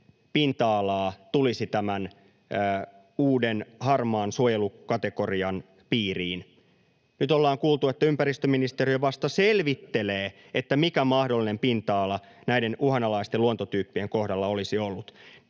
pinta-alaa tulisi tämän uuden harmaan suojelukategorian piiriin? Nyt ollaan kuultu, että ympäristöministeriö vasta selvittelee, mikä mahdollinen pinta-ala näiden uhanalaisten luontotyyppien kohdalla olisi ollut.